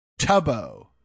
Tubbo